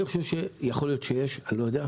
אני חושב שיכול להיות שיש, אני לא יודע.